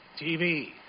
TV